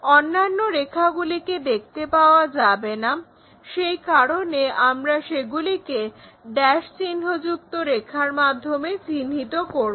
অন্যান্য রেখাগুলিকে দেখতে পাওয়া যাবে না সেই কারণে আমরা সেগুলিকে ড্যাশ চিহ্ন যুক্ত রেখার মাধ্যমে চিহ্নিত করব